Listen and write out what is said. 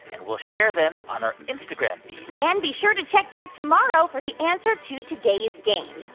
and we'll share them on our instagram feed and be sure to check back tomorrow for the answer to today's game.